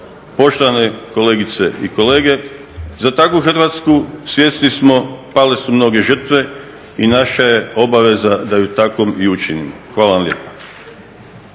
Poštovane kolegice i kolege, za takvu Hrvatsku, svjesni smo, pale su mnoge žrtve i naša je obaveza da ju takom i učinimo. Hvala vam lijepa.